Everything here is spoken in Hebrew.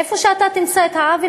איפה שאתה תמצא את העוול,